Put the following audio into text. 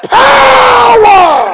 power